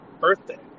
birthday